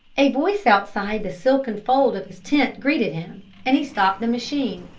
a voice outside the silken fold of his tent greeted him, and he stopped the machine.